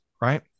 right